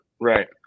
Right